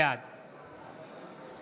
בעד